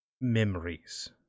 memories